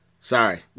Sorry